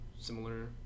similar